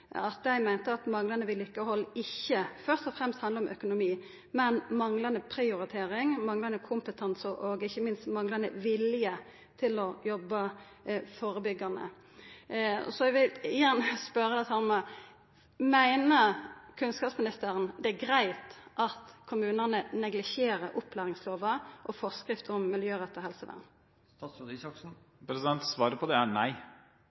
at manglande vedlikehald ikkje først og fremst handlar om økonomi, men om manglande prioritering, manglande kompetanse og, ikkje minst, manglande vilje til å jobba førebyggjande. Eg vil igjen spørja om det same: Meiner kunnskapsministeren det er greitt at kommunane neglisjerer opplæringslova og forskrifta om miljøretta helsevern? Svaret på det er nei.